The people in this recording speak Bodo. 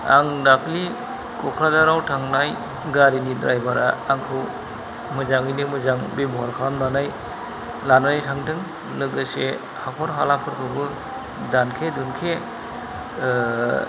आं दाख्लि कक्राझाराव थांनाय गारिनि ड्रायभारा आंखौ मोजाङैनो मोजां बेब'हार खालामनानै लानानै थांदों लोगोसे हाख'र हाला फोरखौबो दानखे दुनखे